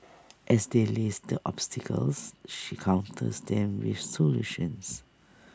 as they list the obstacles she counters them with solutions